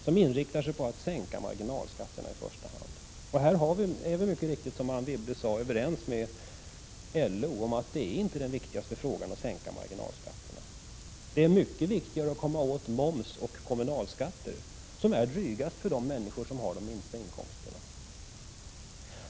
Den inriktar sig i första hand på en sänkning av marginalskatterna. Vi är, som Anne Wibble så riktigt sade, överens med LO om att den viktigaste frågan inte är att sänka marginalskatterna. Det är mycket viktigare att komma åt moms och kommunalskatter, som är drygast för människor med de lägsta inkomsterna.